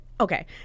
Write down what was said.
Okay